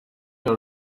your